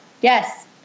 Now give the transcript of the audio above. Yes